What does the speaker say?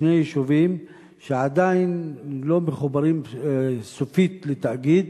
שני יישובים שעדיין לא מחוברים סופית לתאגיד,